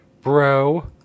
bro